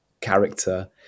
character